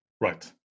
Right